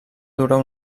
durar